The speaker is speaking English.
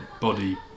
body